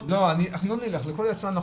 אנחנו לא נלך לכל יצרן,